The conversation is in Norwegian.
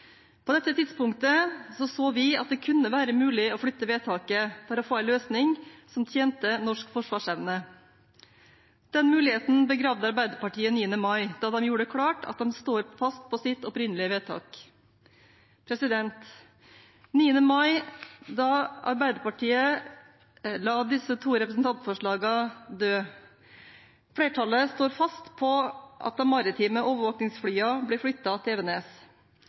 På dette tidspunktet så vi at det kunne være mulig å flytte vedtaket for å få en løsning som tjente norsk forsvarsevne. Den muligheten begravde Arbeiderpartiet 9. mai, da de gjorde det klart at de står fast på sitt opprinnelige vedtak. Den 9. mai la Arbeiderpartiet disse to representantforslagene døde. Flertallet står fast på at de maritime overvåkningsflyene blir flyttet til Evenes.